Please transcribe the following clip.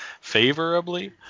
favorably